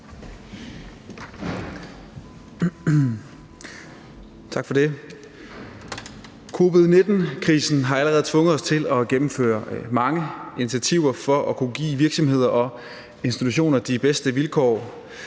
Covid-19-krisen har allerede tvunget os til at gennemføre mange initiativer for at kunne give virksomheder og institutioner de bedste vilkår